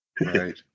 Right